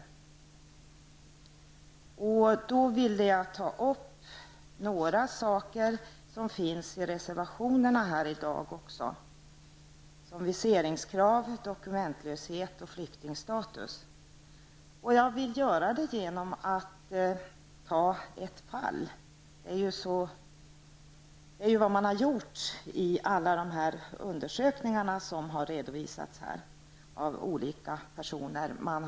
Jag vill ta upp några saker som framkommer i reservationerna. Det gäller t.ex. viseringskrav, dokumentlöshet och flyktingstatus. Jag vill exemplifiera med ett aktuellt fall. Alla de undersökningar som har redovisats här har avsett olika individuella fall.